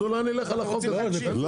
אז אולי נלך על החוק הזה ודי.